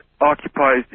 occupies